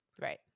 Right